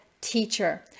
teacher